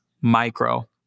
micro